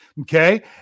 okay